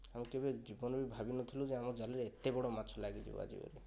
ମୁଁ କେବେ ଜୀବନରେ ଭାବି ନଥିଲୁ ଯେ ଜାଲରେ ଏତେ ବଡ଼ ମାଛ ଲାଗିଯିବ ଆଜି ବୋଲି